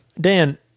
Dan